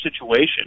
situation